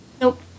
Nope